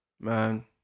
Man